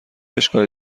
اشکالی